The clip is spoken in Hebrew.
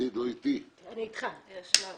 אני יודע שיש לי היום